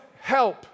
help